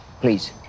please